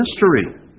mystery